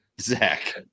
Zach